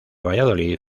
valladolid